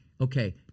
okay